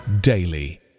daily